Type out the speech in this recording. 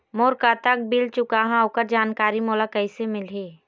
मोर कतक बिल चुकाहां ओकर जानकारी मोला कैसे मिलही?